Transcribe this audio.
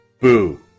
Boo